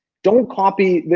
don't copy.